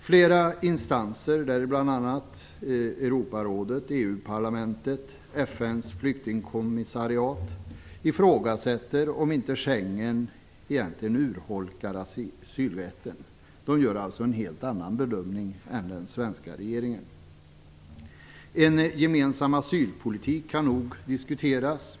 Flera instanser, däribland Europarådet, EU parlamentet och FN:s flyktingkommissariat, ifrågasätter om inte Schengenavtalet egentligen urholkar asylrätten. De gör alltså en helt annan bedömning än den svenska regeringen. En gemensam asylpolitik kan nog diskuteras.